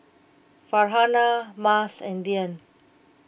Farhanah Mas and Dian